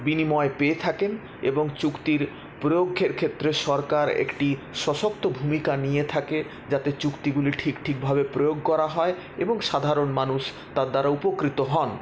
বিনিময়ে পেয়ে থাকেন এবং চুক্তির প্রয়োগ ক্ষেত্রে সরকার একটি সশক্ত ভূমিকা নিয়ে থাকে যাতে চুক্তিগুলি ঠিক ঠিক ভাবে প্রয়োগ করা হয় এবং সাধারণ মানুষ তার দ্বারা উপকৃত হন